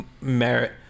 merit